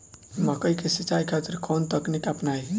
मकई के सिंचाई खातिर कवन तकनीक अपनाई?